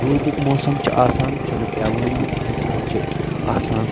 روٗدُک موسَم چھُ آسان چھُنہٕ پیٚوٲنی کُنہِ ساتہٕ چھِ آسان